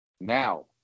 Now